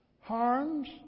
Harms